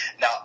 Now